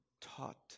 taught